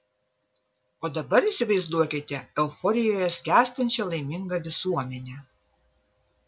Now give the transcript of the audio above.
o dabar įsivaizduokite euforijoje skęstančią laimingą visuomenę